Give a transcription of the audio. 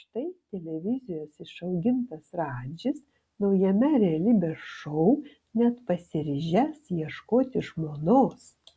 štai televizijos išaugintas radžis naujame realybės šou net pasiryžęs ieškoti žmonos